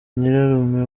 nyirarume